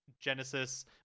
genesis